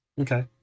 Okay